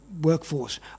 workforce